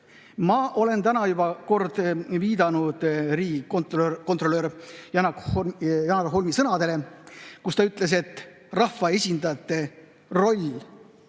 Ma olen täna juba kord viidanud riigikontrolör Janar Holmi sõnadele, kui ta ütles, et rahvaesindajate roll